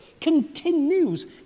continues